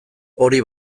hori